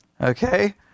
Okay